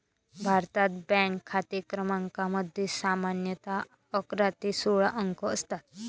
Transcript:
भारतात, बँक खाते क्रमांकामध्ये सामान्यतः अकरा ते सोळा अंक असतात